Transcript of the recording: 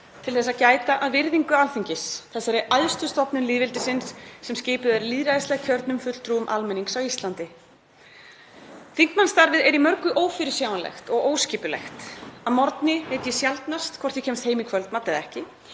til að gæta að virðingu Alþingis, þessarar æðstu stofnunar lýðveldisins sem skipuð er lýðræðislega kjörnum fulltrúum almennings á Íslandi. Þingmannastarfið er í mörgu ófyrirsjáanlegt og óskipulagt. Að morgni veit ég sjaldnast hvort ég kemst heim í kvöldmat eða ekki,